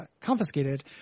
confiscated